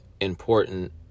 important